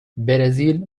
برزیل